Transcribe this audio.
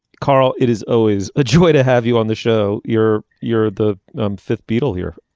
carl it is always a joy to have you on the show. you're you're the um fifth beatle here.